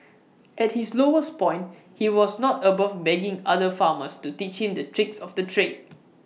at his lowest point he was not above begging other farmers to teach him the tricks of the trade